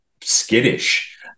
skittish